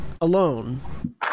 alone